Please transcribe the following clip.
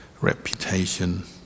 reputation